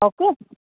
okay